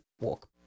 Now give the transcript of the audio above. walk